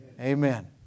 Amen